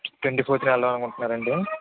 twenty ఫోర్త్న వెళ్దాం అనుకుంటున్నారా అండి